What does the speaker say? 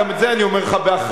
גם את זה אני אומר לך באחריות,